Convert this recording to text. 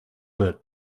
bit